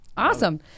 Awesome